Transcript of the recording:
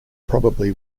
probably